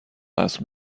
وصل